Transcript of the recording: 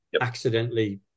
accidentally